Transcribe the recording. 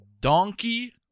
Donkey